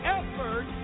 effort